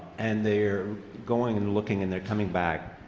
and they are going and looking and they're coming back,